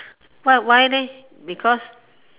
what why leh because